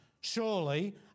Surely